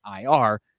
IR